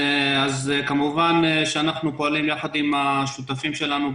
אנחנו פועלים ביחד עם השותפים שלנו,